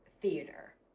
theater